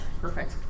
perfect